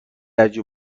عجیب